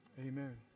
amen